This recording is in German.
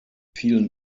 vielen